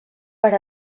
per